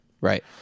right